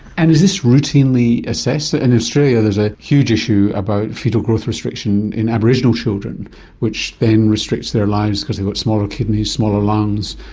and is this routinely assessed? in australia there is a huge issue about foetal growth restriction in aboriginal children which then restricts their lives because they've got smaller kidneys, smaller lungs,